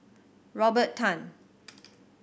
Robert Tan